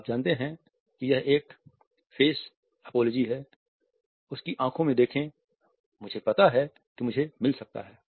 आप जानते हैं कि यह एक फेस अपोलोजी है उसकी आंखों में देखें मुझे पता है कि मुझे मिल सकता है